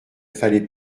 fallait